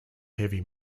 heavy